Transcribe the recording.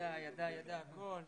ידע הכול.